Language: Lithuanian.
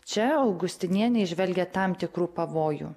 čia augustinienė įžvelgia tam tikrų pavojų